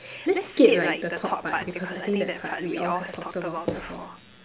let's skip like the top part because I think that part we all have talked about before